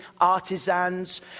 artisans